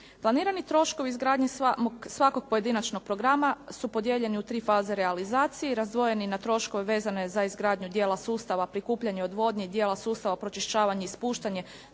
Planirani troškovi izgradnje svakog pojedinačnog programa su podijeljeni u tri faze realizacije i razdvojeni na troškove vezane za izgradnju djela sustava prikupljanje odvodnje i dijela sustava pročišćavanje i spuštanje